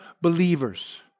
believers